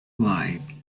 why